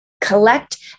Collect